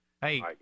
Hey